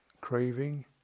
craving